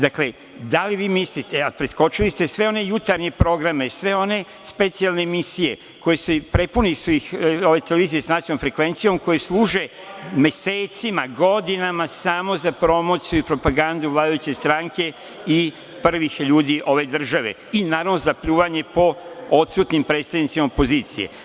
Da li vi mislite, a preskočili ste sve one jutarnje programe, sve one specijalne emisije, prepune su ih televizije sa nacionalnom frekvencijom koje služe mesecima, godinama samo za promociju i propagandu vladajuće stranke i prvih ljudi ove države i naravno za pljuvanje po odsutnim predstavnicima opozicije.